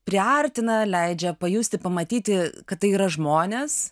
priartina leidžia pajusti pamatyti kad tai yra žmonės